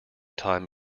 time